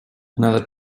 another